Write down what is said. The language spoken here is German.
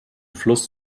fluss